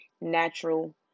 natural